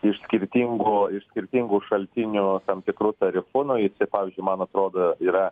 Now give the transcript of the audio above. iš skirtingų iš skirtingų šaltinių tam tikru tarifu nu jisai pavyzdžiui man atrodo yra